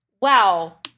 wow